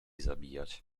zabijać